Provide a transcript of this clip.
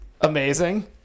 amazing